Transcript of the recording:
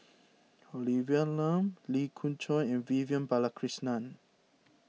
Olivia Lum Lee Khoon Choy and Vivian Balakrishnan